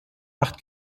acht